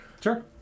sure